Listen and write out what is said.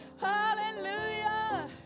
hallelujah